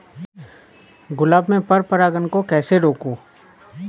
गुलाब में पर परागन को कैसे रोकुं?